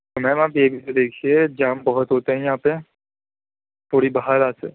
تو میم آپ یہ بھی تو دیکھیے جام بہت ہوتا ہیں یہاں پہ تھوڑی باہر آ سے